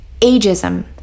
ageism